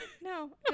No